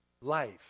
life